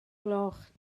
gloch